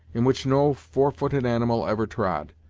in which no fourfooted animal ever trod.